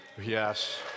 Yes